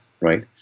right